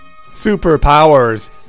superpowers